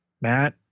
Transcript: Matt